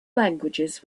languages